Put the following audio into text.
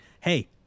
Hey